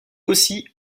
aussi